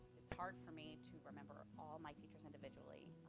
it's hard for me to remember all my teachers individually,